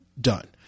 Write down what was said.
done